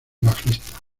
bajista